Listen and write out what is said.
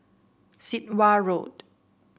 Sit Wah Road